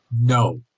No